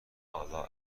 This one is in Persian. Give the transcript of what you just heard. الا